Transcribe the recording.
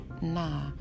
Nah